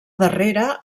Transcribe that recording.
darrere